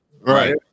right